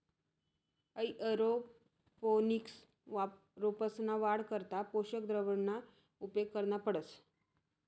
aeroponics रोपंसना वाढ करता पोषक द्रावणना उपेग करना पडस